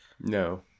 No